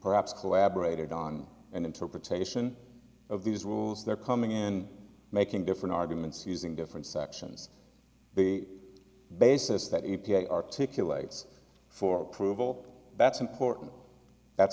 perhaps collaborated on an interpretation of these rules they're coming in making different arguments using different sections the basis that a p a articulate for prove all that's important that's